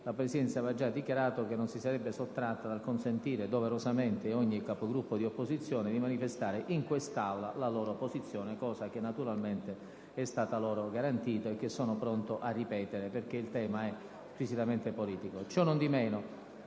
la Presidenza aveva già dichiarato che non si sarebbe sottratta dal consentire doverosamente ad ogni Capogruppo di opposizione di manifestare in quest'Aula la propria posizione, cosa che naturalmente è stata garantita, e che sono pronto a ripetere, perché il tema è squisitamente politico. Cionondimeno,